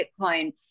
Bitcoin